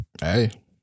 Hey